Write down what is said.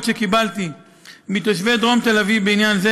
שקיבלתי מתושבי דרום תל-אביב בעניין זה,